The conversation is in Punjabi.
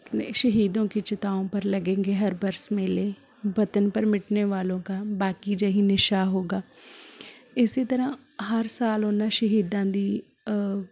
ਨ ਸ਼ਹੀਦੋਂ ਕੀ ਚਿਤਾਓਂ ਪਰ ਲਗੇਂਗੇ ਹਰ ਵਰਸ ਮੇਲੇ ਵਤਨ ਪਰ ਮਿਟਨੇ ਵਾਲੋਂ ਕਾ ਬਾਕੀ ਜਿਹੀ ਨਿਸ਼ਾ ਹੋਗਾ ਇਸੇ ਤਰ੍ਹਾਂ ਹਰ ਸਾਲ ਉਹਨਾਂ ਸ਼ਹੀਦਾਂ ਦੀ